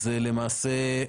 זה יהיה התנאי לאירוע זאת אומרת,